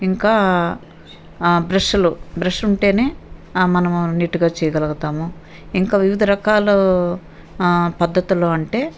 ఇంకా బ్రషులు బ్రష్ ఉంటే మనము నీటుగా చేయగలగతాము ఇంకా వివిధ రకాలు పద్ధతులు అంటే